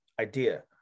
idea